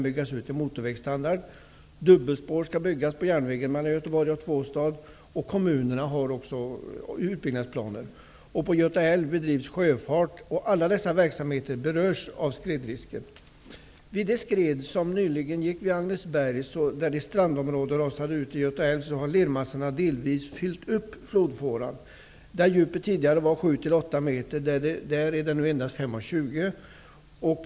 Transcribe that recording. byggas ut till motorvägsstandard, dubbelspår skall byggas på järnvägen mellan Göteborg och Båstad och även kommunerna har utbyggnadsplaner. På Göta älv bedrivs sjöfart. Alla dessa verksamheter berörs av skredrisken. Vid det skred som nyligen gick vid Agnesberg, där strandområden rasade ut i Göta älv, har lermassorna delvis fyllt upp flodfåran. Där djupet tidigare var 7--8 m är det nu endast 5,20 m.